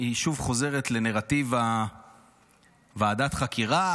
היא שוב חוזרת לנרטיב ועדת החקירה,